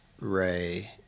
Ray